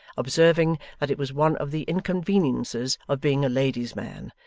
observing that it was one of the inconveniences of being a lady's man,